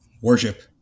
Worship